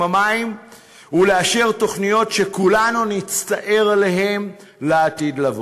המים ולאשר תוכניות שכולנו נצטער עליהן בעתיד.